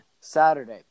Saturday